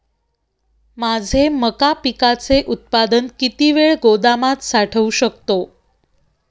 माझे मका पिकाचे उत्पादन किती वेळ गोदामात साठवू शकतो?